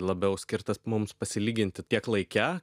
labiau skirtas mums pasilyginti tiek laike